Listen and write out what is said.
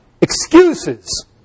excuses